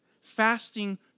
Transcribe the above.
Fasting